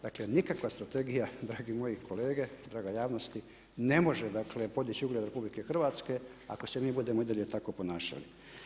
Dakle, nikakva strategija dragi moji kolege, draga javnosti ne može, dakle podići ugled RH ako se mi budemo i dalje tako ponašali.